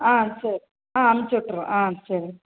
ஆ சரி ஆ அனுப்பிச்சுட்டுறோம் ஆ சரிங்க